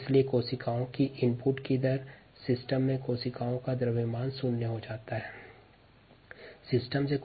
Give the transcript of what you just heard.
इसलिए कोशिका के रेट ऑफ़ इनपुट के परिपेक्ष्य में तंत्र में कोशिका का द्रव्यमान 0 है ri0 तंत्र से कोशिका का कोई निर्गम नहीं है